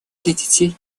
детей